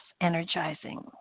energizing